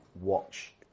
watch